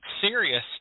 serious